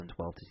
2012